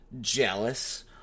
jealous